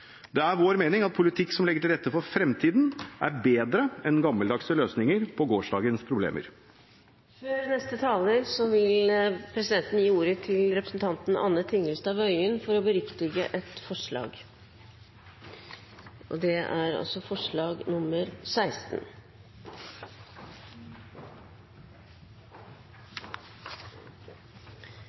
Det er vår mening at politikk som legger til rette for fremtiden, er bedre enn gammeldagse løsninger på gårsdagens problemer. Før neste taler vil presidenten gi ordet til representanten Anne Tingelstad Wøien for å beriktige et forslag. Det er altså forslag nr. 16.